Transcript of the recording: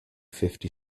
fifty